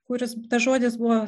kuris tas žodis buvo